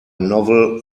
novel